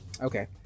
Okay